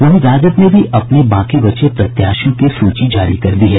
वहीं राजद ने भी अपने शेष बचे प्रत्याशियों की सूची जारी कर दी है